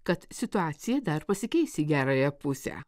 kad situacija dar pasikeis į gerąją pusę